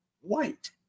white